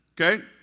Okay